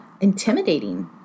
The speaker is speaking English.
intimidating